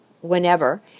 whenever